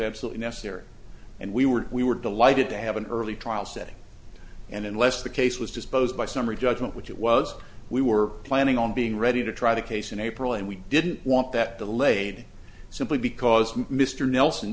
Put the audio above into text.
absolutely necessary and we were we were delighted to have an early trial setting and unless the case was disposed by summary judgment which it was we were planning on being ready to try to case in april and we didn't want that delayed simply because mr nelson